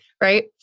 right